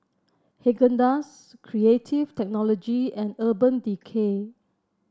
Haagen Dazs Creative Technology and Urban Decay